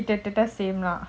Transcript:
கிட்டத்தட்ட:kittathatta same lah